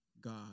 God